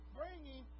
bringing